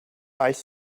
ice